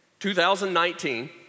2019